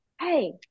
hey